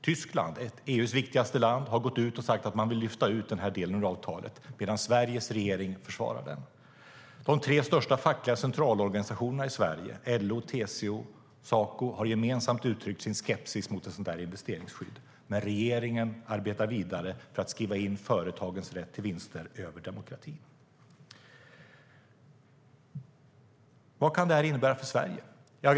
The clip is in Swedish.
Tyskland - EU:s viktigaste land - har gått ut och sagt att man vill lyfta ut den här delen ur avtalet, medan Sveriges regering försvarar den. De tre största fackliga centralorganisationerna i Sverige, LO, TCO och Saco, har gemensamt uttryckt sin skepsis mot ett investeringsskydd, men regeringen arbetar vidare för att skriva in företagens rätt till vinster över demokratin. Vad kan detta innebära för Sverige?